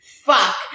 Fuck